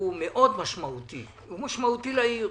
שהוא מאוד משמעותי לעיר,